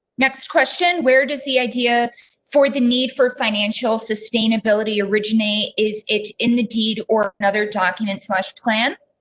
next question, where does the idea for the need for financial sustainability originate? is it in the deed or another document slash plan?